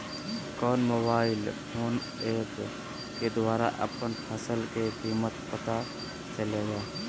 कौन mobile phone app के द्वारा अपन फसल के कीमत पता चलेगा?